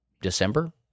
December